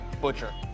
butcher